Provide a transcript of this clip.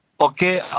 okay